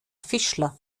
fischler